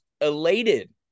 elated